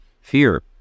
Fear